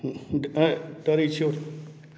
ड् डरै छी